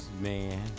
man